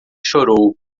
chorou